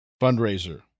fundraiser